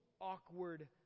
awkward